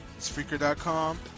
Spreaker.com